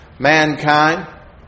Mankind